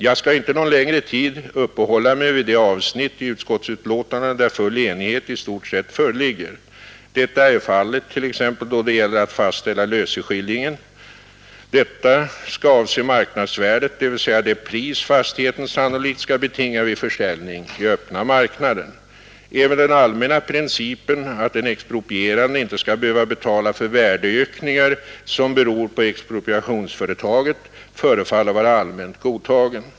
Jag skall inte någon längre tid uppehålla mig vid de avsnitt i utskottsbetänkandet där enighet i stort sett föreligger. Detta är fallet t.ex. då det gäller att fastställa löseskillingen. Denna skall avse marknadsvärdet, dvs. det pris fastigheten sannolikt skall betinga vid försäljning i öppna marknaden. Även den allmänna principen att den exproprierande inte skall behöva betala för värdeökningar som beror på expropriationsföretaget förefaller vara allmänt godtagen.